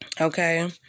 Okay